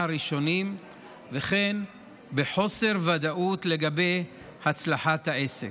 הראשונים וכן בחוסר ודאות לגבי הצלחת העסק.